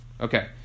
Okay